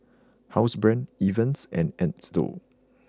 Housebrand Evian and Xndo